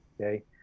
okay